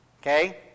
Okay